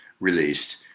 released